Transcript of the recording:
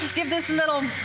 give this a little.